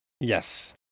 Yes